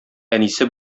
әнисе